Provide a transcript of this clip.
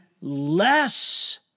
less